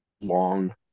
long